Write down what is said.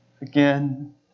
again